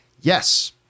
yes